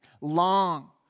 Long